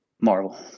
Marvel